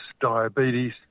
diabetes